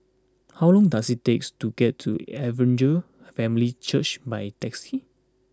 how long does it take to get to Evangel Family Church by taxi